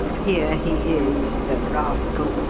here he is, the rascal!